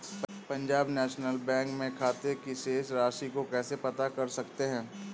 Punjab National Bank में खाते की शेष राशि को कैसे पता कर सकते हैं?